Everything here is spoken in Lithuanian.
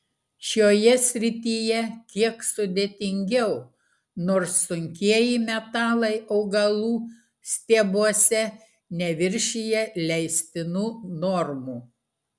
šioje srityje kiek sudėtingiau nors sunkieji metalai augalų stiebuose neviršija leistinų normų